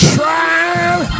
trying